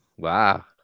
Wow